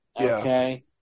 Okay